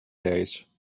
days